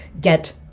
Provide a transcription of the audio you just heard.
get